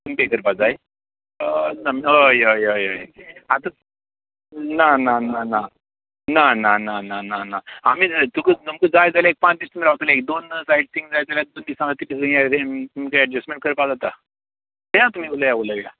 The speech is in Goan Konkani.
तुमी पे करपाक जाय हय हय हय आतां ना ना ना ना ना ना ना ना ना आमी जाय तुक तुमका जर जाय जाल्यार एक पांच दीस तुमी रावतली एक दोन साटिंग जाय जाल्यार दोन दीसा हेजे तुमचें अडजेस्टमेंट करपाक जाता येया तुमी उलया उलया